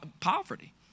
poverty